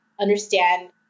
understand